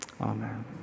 Amen